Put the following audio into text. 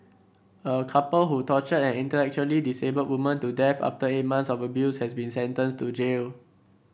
a couple who tortured an intellectually disabled woman to death after eight months of abuse has been sentenced to jail